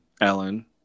Ellen